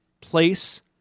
place